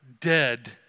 dead